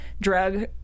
drug